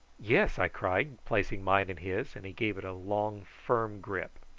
yes, i cried, placing mine in his, and he gave it a long, firm grip.